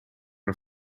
een